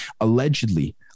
allegedly